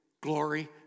glory